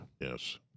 Yes